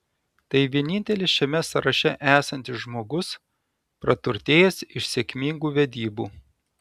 tai vienintelis šiame sąraše esantis žmogus praturtėjęs iš sėkmingų vedybų